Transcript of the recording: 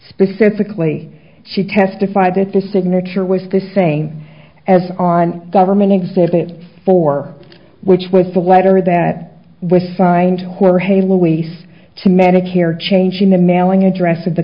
specifically she testified that the signature was the same as on government exhibit four which was the letter that was signed jorge luis to medicare changing the mailing address of the